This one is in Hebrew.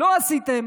לא עשיתם,